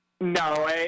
No